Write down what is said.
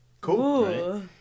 Cool